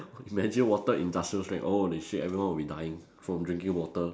imagine water industrial strength holy shit everyone will be dying from drinking water